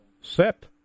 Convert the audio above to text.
set